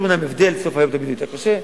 יש אומנם הבדל, סוף היום תמיד יותר קשה,